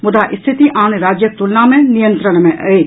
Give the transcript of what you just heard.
मुदा स्थिति आन राज्यक तुलना मे नियंत्रण मे अछि